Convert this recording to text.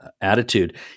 attitude